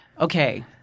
Okay